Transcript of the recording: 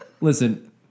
Listen